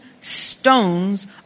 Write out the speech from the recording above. stones